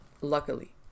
luckily